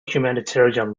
humanitarian